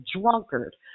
drunkard